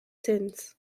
since